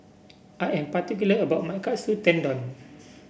I am particular about my Katsu Tendon